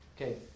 Okay